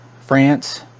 France